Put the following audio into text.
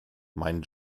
meinen